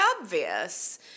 obvious